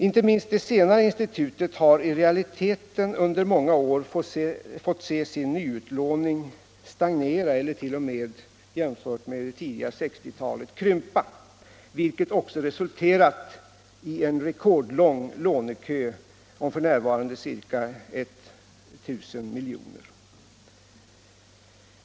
Inte minst det senare institutet har i realiteten under många år fått se sin nyutlåning stagnera eller — i jämförelse med det tidiga 1960-talet — krympa, vilket också resulterat i en rekordlång lånekö om f. n..ca 1 000 milj.kr.